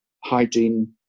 hygiene